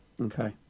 okay